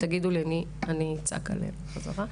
תגידו לי ואני אצעק עליהם בחזרה.